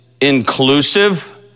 inclusive